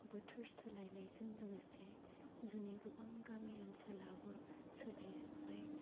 बोथोर सोलायनायजों लोगोसे जोंनि गोबां गामि ओनसोलाबो सोलायजोब्बाय